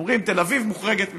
הם אומרים: תל אביב מוחרגת מהחוק,